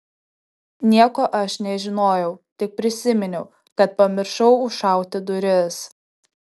nieko aš nežinojau tik prisiminiau kad pamiršau užšauti duris